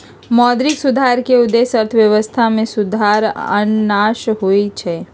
मौद्रिक सुधार के उद्देश्य अर्थव्यवस्था में सुधार आनन्नाइ होइ छइ